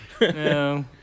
No